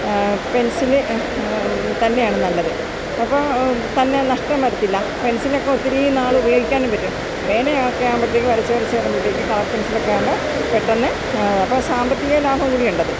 pencil തന്നെയാണ് നല്ലത് അപ്പോള് തന്നെ നഷ്ടം വരത്തില്ല പെൻസിലൊക്കെ ഒത്തിരി നാള് ഉപയോഗിക്കാനും പറ്റും പേന ഒക്കെയാവുമ്പോഴത്തേക്ക് വരച്ച് വരച്ച് വരുമ്പത്തേക്കും കളർ പെൻസിലൊക്കെകൊണ്ട് പെട്ടെന്ന് അപ്പോള് സാമ്പത്തിക ലാഭം കൂടിയുണ്ട് അത്